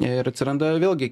ir atsiranda vėlgi